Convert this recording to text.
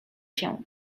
się